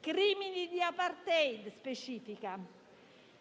crimini di *apartheid* specifica. Ricordo che